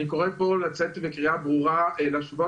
אני קורא פה לצאת בקריאה ברורה להשוות